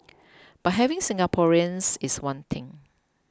but having Singaporeans is one thing